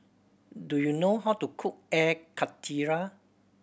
do you know how to cook Air Karthira